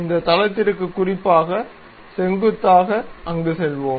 இந்த தளத்திற்கு குறிப்பாக செங்குத்தாக அங்கு செல்வோம்